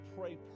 pray